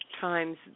times